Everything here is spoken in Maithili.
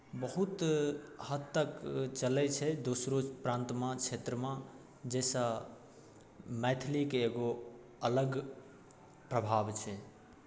बहुत हद तक चलैत छै दोसरो प्रान्तमे क्षेत्रमे जाहिसँ मैथिलीके एगो अलग प्रभाव छै